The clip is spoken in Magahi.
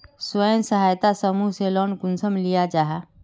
स्वयं सहायता समूह से लोन कुंसम लिया जाहा?